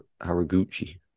Haraguchi